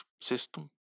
system